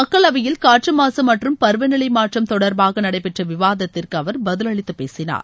மக்களவையில் காற்று மாசு மற்றும் பருவநிலை மாற்றம் தொடர்பாக நடைபெற்ற விவாதத்திற்கு அவர் பதில் அளித்து பேசினார்